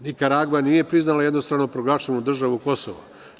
Nikaragva nije priznala jednostrano proglašenu državu Kosovo.